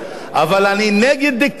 אבל אני נגד דיקטטורה.